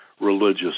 religious